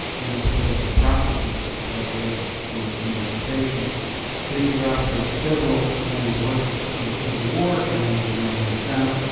and the political processes that led to emancipation. he is the author of several acclaimed works on the civil war and the american south,